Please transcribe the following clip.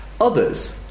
Others